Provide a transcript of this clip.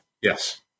Yes